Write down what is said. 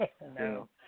No